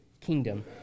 kingdom